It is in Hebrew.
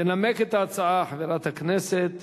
תנמק את ההצעה חברת הכנסת